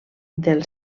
del